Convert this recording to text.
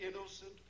innocent